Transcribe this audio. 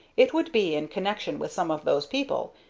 it would be in connection with some of those people,